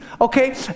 okay